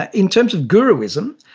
ah in terms of guruism,